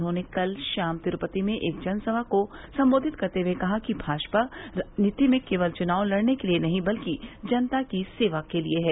उन्होंने कल शाम तिरुपति में एक जनसभा को संबोधित करते हुए कहा कि भाजपा राजनीति में केवल चुनाव लड़ने के लिए नहीं है बल्कि जनता की सेवा के लिए है